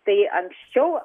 tai anksčiau